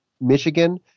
Michigan